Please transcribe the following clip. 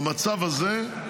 במצב הזה,